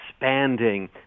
expanding